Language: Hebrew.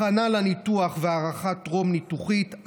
הכנה לניתוח והערכה טרום-ניתוחית,